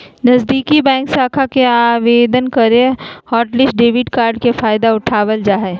नजीदीकि बैंक शाखा में आवेदन करके हॉटलिस्ट डेबिट कार्ड के फायदा उठाबल जा हय